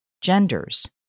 genders